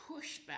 pushback